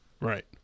right